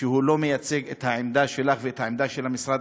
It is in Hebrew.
שהוא לא מייצג את העמדה שלך ואת העמדה של משרד